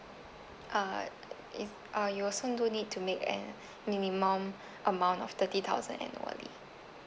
uh if uh you also do need to make an minimum amount of thirty thousand annually